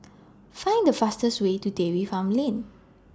Find The fastest Way to Dairy Farm Lane